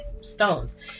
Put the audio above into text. stones